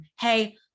hey